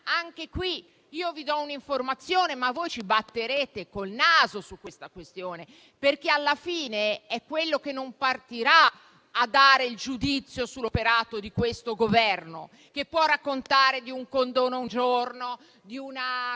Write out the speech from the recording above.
Anche qui vi do un'informazione: voi ci batterete con il naso su questa questione, perché alla fine è quello che non partirà a dare il giudizio sull'operato di questo Governo, che può raccontare di un condono un giorno, di un